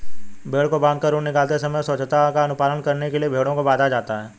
भेंड़ को बाँधकर ऊन निकालते समय स्वच्छता का अनुपालन करने के लिए भेंड़ों को बाँधा जाता है